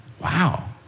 Wow